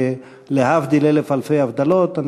להבדיל אלף אלפי הבדלות,